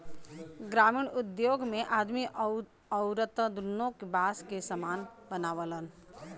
ग्रामिण उद्योग मे आदमी अउरत दुन्नो बास के सामान बनावलन